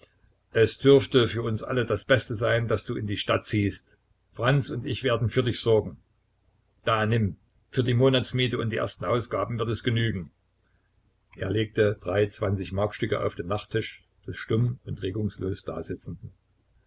es dürfte für uns alle das beste sein daß du in die stadt ziehst franz und ich werden für dich sorgen da nimm für die monatsmiete und die ersten ausgaben wird es genügen er legte drei zwanzigmarkstücke auf den nachttisch des stumm und regungslos